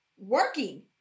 working